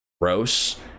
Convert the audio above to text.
gross